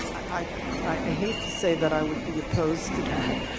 i ah hate to say that i would be opposed to that,